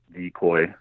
decoy